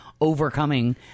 overcoming